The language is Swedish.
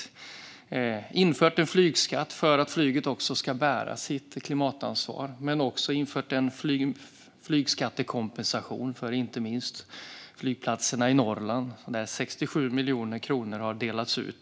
Vi har infört en flygskatt för att flyget ska bära sitt klimatansvar men också infört en flygskattekompensation för inte minst flygplatserna i Norrland, och 67 miljoner kronor har delats ut.